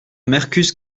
mercus